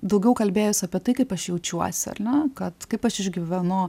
daugiau kalbėjus apie tai kaip aš jaučiuosi ar ne kad kaip aš išgyvenu